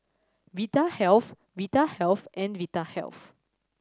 Vitahealth Vitahealth and Vitahealth